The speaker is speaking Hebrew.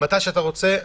מתי שאתה רוצה,